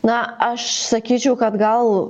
na aš sakyčiau kad gal